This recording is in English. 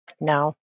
No